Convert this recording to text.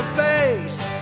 face